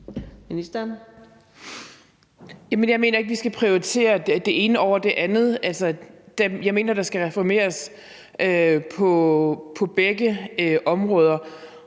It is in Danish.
Jeg mener ikke, vi skal prioritere det ene over det andet. Altså, jeg mener, der skal reformeres på begge områder.